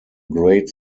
great